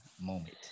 moment